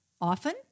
Often